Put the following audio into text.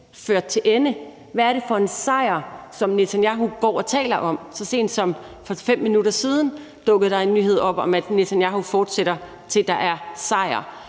ført til ende? Hvad er det for en sejr, som Netanyahu går og taler om? Så sent som for 5 minutter siden dukkede en nyhed op om, at Netanyahu fortsætter, til der er sejr.